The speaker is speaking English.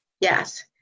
yes